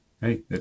hey